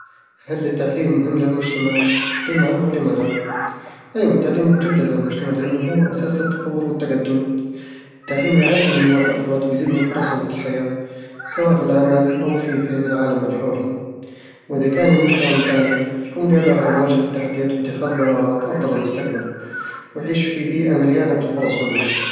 هل التعليم مهم للمجتمع؟ لِمَ أو لِمَ لا؟ أيوه، التعليم مهم جدًا للمجتمع، لأنه هو أساس التطور والتقدم التعليم يعزز من وعي الأفراد ويزيد من فرصهم في الحياة، سواء في العمل أو في فهم العالم من حولهم وإذا كان المجتمع متعلم، يكون قادر على مواجهة التحديات واتخاذ قرارات أفضل لمستقبله، ويعيش في بيئة مليانة بالفرص والنمو